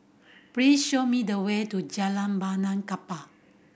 please show me the way to Jalan Benaan Kapal